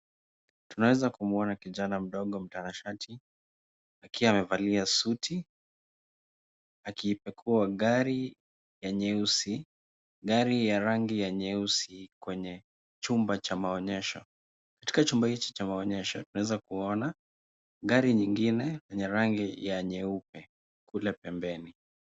Tunaweza kumwonwa kijana mmoja mtanashati akiwa amevalia suti akiipekua gari ya nyeusi gari ya rangi ya nyeusi kwenye chumba cha maonyesho katika chumba hichi cha maonuyesho tunaweza kuona gari nyingine nyeupe.